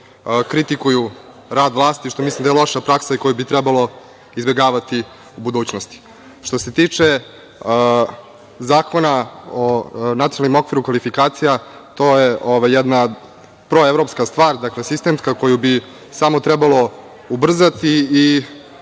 kritikuju rad vlasti, što mislim da je loša praksa i koju bi trebalo izbegavati u budućnosti. Što se tiče Zakona o nacionalnom okviru kvalifikacija, to je jedna proevropska stvar, dakle sistemska, koju bi samo trebalo ubrzati i